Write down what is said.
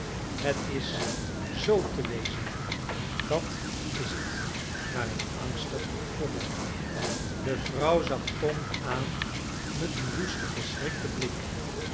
het is zoo te wezen dat is het waar ik angstig voor ben de vrouw zag tom aan met een woesten verschrikten blik